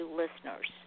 listeners